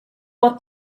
what